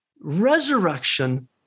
resurrection